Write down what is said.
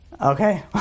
okay